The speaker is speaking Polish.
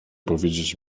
powiedzieć